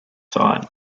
site